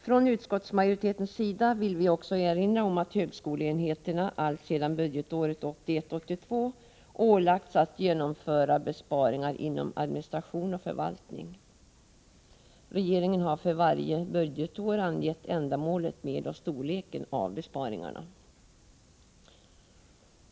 Från utskottsmajoritetens sida vill vi också erinra om att högskoleenheterna alltsedan budgetåret 1981/82 har ålagts att genomföra besparingar inom administration och förvaltning. Regeringen har för varje budgetår angett ändamålet med och storleken av besparingarna.